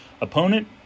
Opponent